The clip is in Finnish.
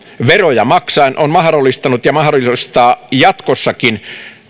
veroja maksaen on mahdollistanut ja mahdollistaa jatkossakin